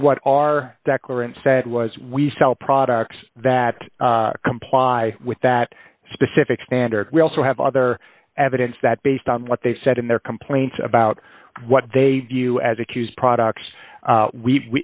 and what our declaration said was we sell products that comply with that specific standard we also have other evidence that based on what they've said in their complaints about what they view as accused products